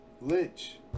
Lynch